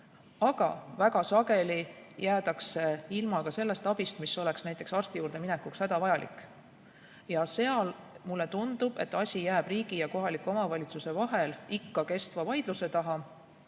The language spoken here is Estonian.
Aga väga sageli jäädakse ilma ka sellest abist, mis oleks näiteks arsti juurde minekuks hädavajalik. Ja seal, mulle tundub, jääb asi riigi ja kohaliku omavalitsuse vahel kestva vaidluse taha,